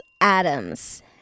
Adams